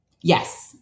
Yes